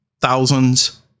thousands